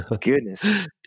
Goodness